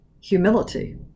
humility